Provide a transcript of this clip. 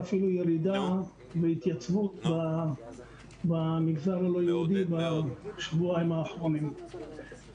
ואפילו ירידה והתייצבות במגזר הלא-יהודי בשבועיים האחרונים.